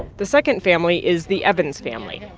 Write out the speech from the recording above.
the second family is the evans family.